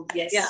yes